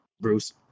Bruce